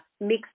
mixed